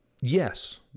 yes